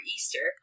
Easter